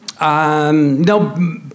No